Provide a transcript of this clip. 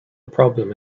problem